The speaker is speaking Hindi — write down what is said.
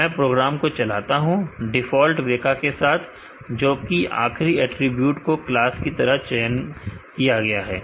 मैं प्रोग्राम को चलाता हूं डिफॉल्ट वेका के साथ जो कि आखरी अटरीब्यूट को क्लास की तरह चयन किया गया है